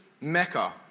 mecca